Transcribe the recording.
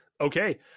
Okay